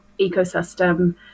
ecosystem